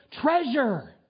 treasure